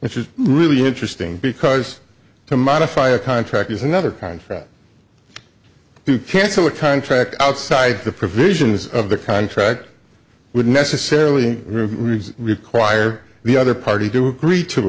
which is really interesting because to modify a contract is another kind fact to cancel a contract outside the provisions of the contract would necessarily require the other party do agree to